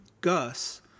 Gus